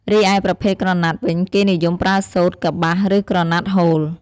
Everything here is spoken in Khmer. រីឯប្រភេទក្រណាត់វិញគេនិយមប្រើសូត្រ កប្បាស ឬក្រណាត់ហូល ។